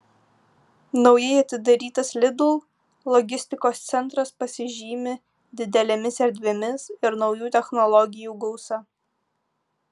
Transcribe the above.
naujai atidarytas lidl logistikos centras pasižymi didelėmis erdvėmis ir naujų technologijų gausa